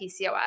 PCOS